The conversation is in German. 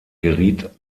geriet